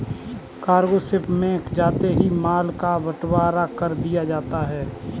cargo ship में जाते ही माल का बंटवारा कर दिया जाता है